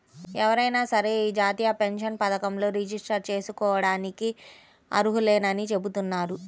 ఎవరైనా సరే యీ జాతీయ పెన్షన్ పథకంలో రిజిస్టర్ జేసుకోడానికి అర్హులేనని చెబుతున్నారు